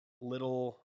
Little